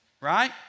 right